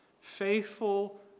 faithful